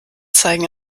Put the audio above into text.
zeigen